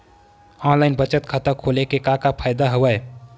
online बचत खाता खोले के का का फ़ायदा हवय